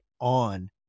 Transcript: on